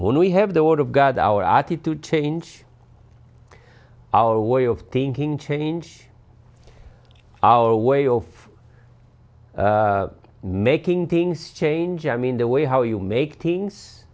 only have the word of god our attitude change our way of thinking change our way of making things change i mean the way how you make things